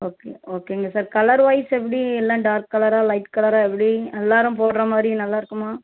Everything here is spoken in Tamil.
ஓகே ஓகேங்க சார் கலர்வைஸ் எப்படி எல்லாம் டார்க் கலராக லைட் கலராக எப்படி எல்லாேரும் போடுற மாதிரி நல்லாயிருக்குமா